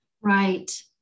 Right